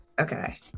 Okay